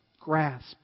grasp